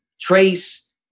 Trace